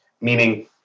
meaning